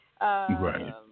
right